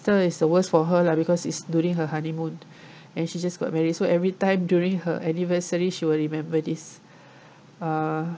it's the worst for her lah because it's during her honeymoon and she just got married so every time during her anniversary she will remember this uh